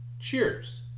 Cheers